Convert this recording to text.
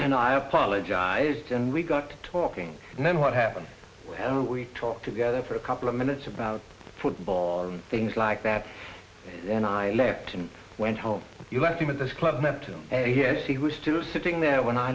and i apologized and we got to talking and then what happened and we talked together for a couple of minutes about football or things like that and i left and went home you left him at this club meant to yes he was still sitting there when i